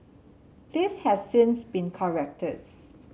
this has since been corrected